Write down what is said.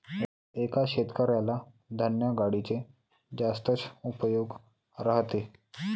एका शेतकऱ्याला धान्य गाडीचे जास्तच उपयोग राहते